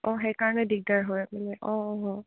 অঁ সেইকাৰণে দিগদাৰ হয় আপুনি অঁ অঁ